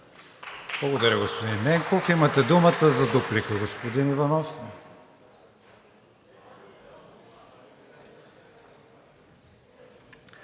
Благодаря, господин Чолаков. Имате думата за дуплика, господин Ананиев